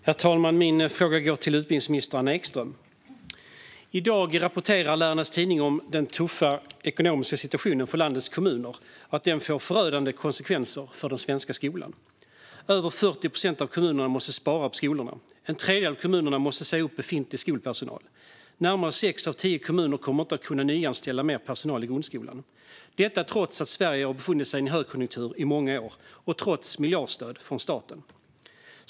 Herr talman! Min fråga går till utbildningsminister Anna Ekström. I dag rapporterar Lärarnas tidning om den tuffa ekonomiska situationen för landets kommuner och att det får förödande konsekvenser för den svenska skolan. Över 40 procent av kommunerna måste spara på skolorna. En tredjedel av kommunerna måste säga upp befintlig skolpersonal. Närmare sex av tio kommuner kommer inte att kunna nyanställa personal i grundskolan. Detta sker trots att Sverige har befunnit sig i en högkonjunktur i många år och trots miljardstöd från staten.